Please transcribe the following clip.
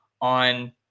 on